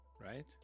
Right